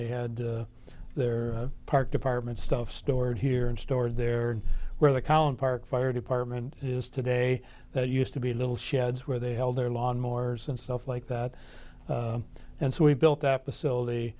they had their park department stuff stored here and stored there where the college park fire department is today that used to be little sheds where they held their lawn mowers and stuff like that and so we built up a so they